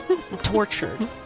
Tortured